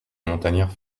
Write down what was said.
montagnards